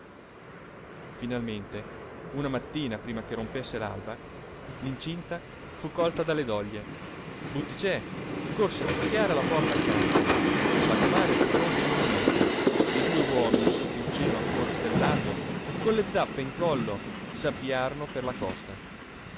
finalmente una mattina prima che rompesse l'alba l'incinta fu colta dalle doglie butticè corse a picchiare alla porta accanto la comare fu pronta in un momento e i due uomini sotto il cielo ancora stellato con le zappe in collo s'avviarono per la costa